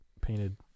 painted